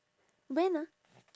when ah